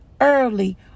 early